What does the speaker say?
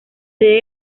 sede